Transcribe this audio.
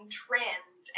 trend